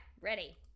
ready